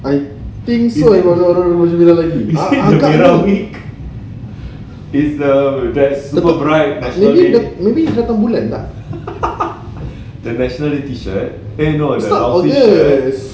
I think so it was baju merah maybe dia maybe dia datang bulan lah eh no it's not august